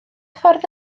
ffordd